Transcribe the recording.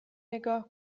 نگاه